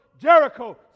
Jericho